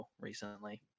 recently